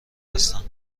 هستند